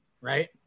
right